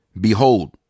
Behold